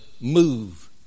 move